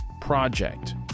Project